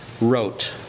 wrote